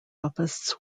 offices